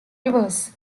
rivers